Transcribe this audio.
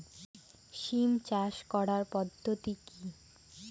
সিম চাষ করার পদ্ধতি কী?